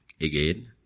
Again